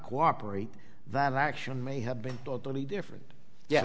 cooperate that action may have been totally different y